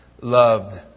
loved